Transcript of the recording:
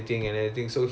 ya